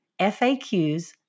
FAQs